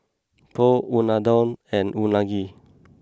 Pho Unadon and Unagi